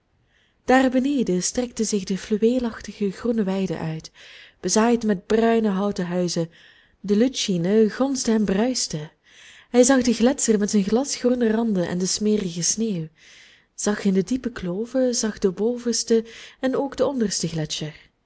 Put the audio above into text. daar beneden strekte zich de fluweelachtig groene weide uit bezaaid met bruine houten huizen de lütschine gonsde en bruiste hij zag den gletscher met zijn glasgroene randen en de smerige sneeuw zag in de diepe kloven zag den bovensten en ook den ondersten gletscher